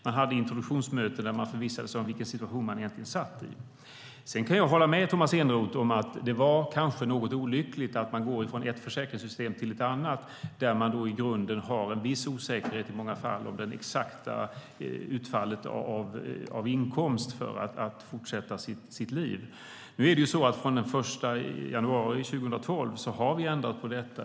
Man hade introduktionsmöten där man förvissade sig om i vilken situation dessa individer egentligen satt. Jag kan hålla med Tomas Eneroth om att det kanske var olyckligt att gå från ett försäkringssystem till ett annat där man i grunden har en viss osäkerhet i många fall om det exakta utfallet av inkomst för att fortsätta sitt liv. Från den 1 januari 2012 har vi dock ändrat på detta.